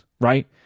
right